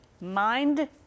Mind